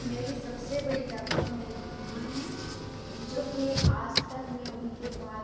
میری سب سے بڑی طاقت میری اماں ہیں جو کہ آج تک میں انہیں کے بات